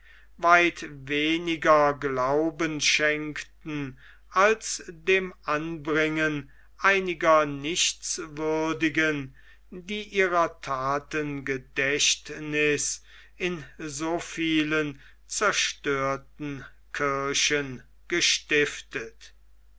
weit weniger glauben schenkten als dem anbringen einiger nichtswürdigen die ihrer thaten gedächtniß in so vielen zerstörten kirchen gestiftet